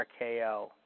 RKO